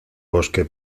bosque